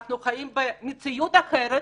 אנחנו חיים במציאות אחרת.